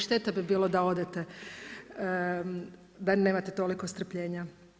Šteta bi bilo da odete, da nemate toliko strpljenja.